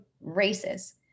races